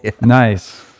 Nice